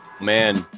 Man